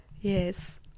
Yes